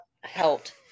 helped